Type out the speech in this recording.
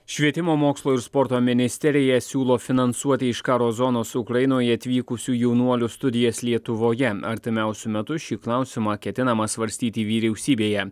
švietimo mokslo ir sporto ministerija siūlo finansuoti iš karo zonos ukrainoje atvykusių jaunuolių studijas lietuvoje artimiausiu metu šį klausimą ketinama svarstyti vyriausybėje